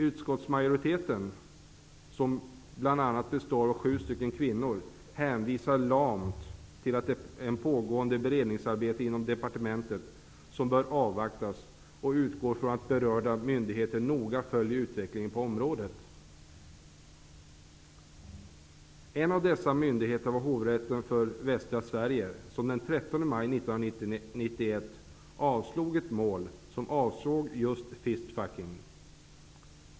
Utskottsmajoriteten, som bl.a. består av sju kvinnor, hänvisar lamt till ett pågående beredningsarbete inom departementet som bör avvaktas och utgår från att berörda myndigheter noga följer utvecklingen på området. En av dessa myndigheter var Hovrätten för Västra Sverige, som den 13 maj 1991 avslog ett mål som avsåg just fist-fucking.